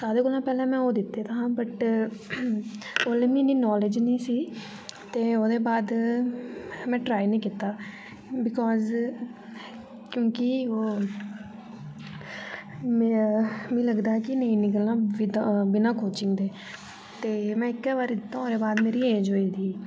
सारें कोला पैह्लें में ओह् दित्ते दा हा वट् ओल्लै मिगी इ'न्नी नॉलेज़ निं ही ते ओह्दे बाद में ट्राई निं कीता बिकॉज क्योंकि मिगी लगदा कि नेईं निकलना बिना कोचिंग दे ते में इक्कै बारी दित्ता ओह्दे बाद मेरी एज़ होई दी ही